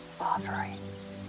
offerings